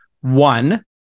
one